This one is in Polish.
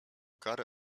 karę